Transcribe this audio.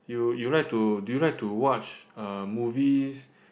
you you like to do you like to watch uh movies